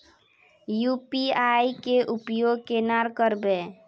UPI के उपयोग केना करबे?